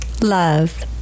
love